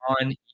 on